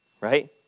right